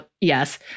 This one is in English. yes